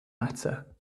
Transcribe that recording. matter